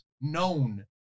known